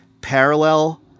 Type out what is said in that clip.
parallel